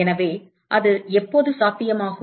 எனவே அது எப்போது சாத்தியமாகும்